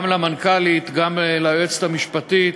גם למנכ"לית, גם ליועצת המשפטית,